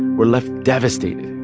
were left devastated.